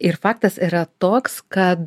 ir faktas yra toks kad